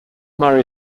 murray